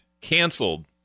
canceled